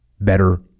better